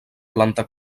planta